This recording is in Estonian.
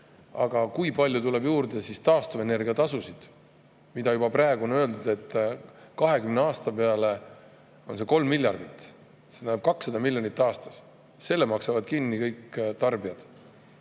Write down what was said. Aga kui palju tuleb juurde taastuvenergia tasu? Juba praegu on öeldud, et 20 aasta peale on see 3 miljardit, mis tähendab 200 miljonit aastas. Selle maksavad kinni tarbijad.